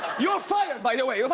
you are fired by the way. oh